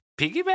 piggyback